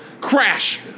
Crash